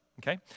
okay